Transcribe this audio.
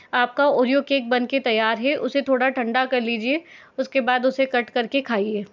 आपका Oreo cake बनके तैयार है उसे थोड़ा ठंडा कर लीजिए उसके बाद उसे कट करके खाइये